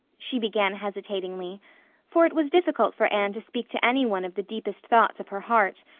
she began hesitatingly for it was difficult for anne to speak to any one of the deepest thoughts of her heart,